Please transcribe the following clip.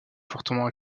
fortement